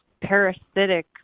parasitic